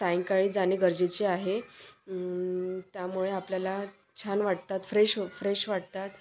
सायंकाळी जाणे गरजेचे आहे त्यामुळे आपल्याला छान वाटतात फ्रेश फ्रेश वाटतात